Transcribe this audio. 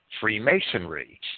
Freemasonry